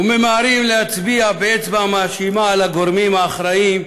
וממהרים להצביע באצבע מאשימה על הגורמים האחראים,